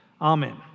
Amen